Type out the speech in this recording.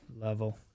level